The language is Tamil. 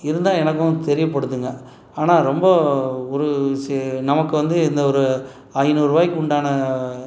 இருந்தால் எனக்கும் தெரியப்படுத்துங்க ஆனால் ரொம்ப ஒரு செ நமக்கு வந்து இந்த ஒரு ஐநூறு ரூவாய்க்கு உண்டான